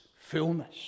fullness